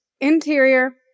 Interior